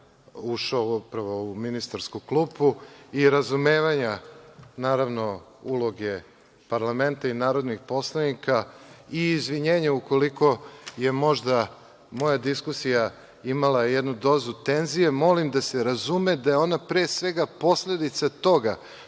ušao upravo u ministarsku klupu, i razumevanja, naravno, uloge parlamenta i narodnih poslanika, i izvinjenje ukoliko je možda moja diskusija imala jednu dozu tenzije, molim da se razume da je ona pre svega posledica toga